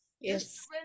Yes